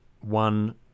one